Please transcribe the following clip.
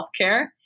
healthcare